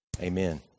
Amen